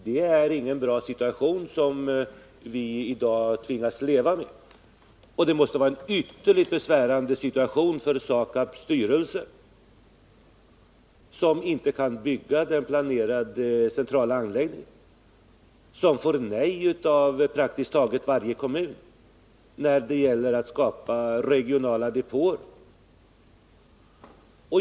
Det är ingen bra situation som vi i dag tvingas leva med, och det måste vara en ytterst besvärande situation för SAKAB:s styrelse, som inte kan bygga den planerade centrala anläggningen. Man får nej av praktiskt taget varje kommun när det gäller att skapa regionala depåer.